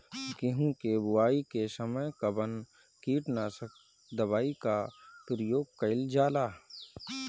गेहूं के बोआई के समय कवन किटनाशक दवाई का प्रयोग कइल जा ला?